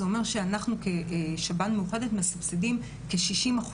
זה אומר שאנחנו, בשב"ן מאוחדת מסבסדים ב-60%.